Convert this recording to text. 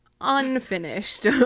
unfinished